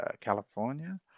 California